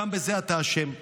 גם בזה אתה אשם.